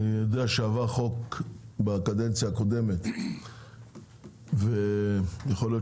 אני יודע שבקדנציה הקודמת עבר חוק ויכול להיות